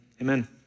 Amen